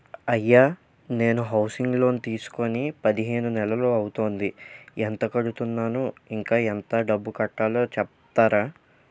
అయ్యా నేను housing loan తీసుకొని పదిహేను నెలలు అవుతోందిఎంత కడుతున్నాను, ఇంకా ఎంత డబ్బు కట్టలో చెప్తారా?